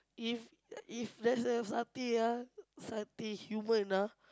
if if let's have satay ah satay human lah